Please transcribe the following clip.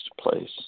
place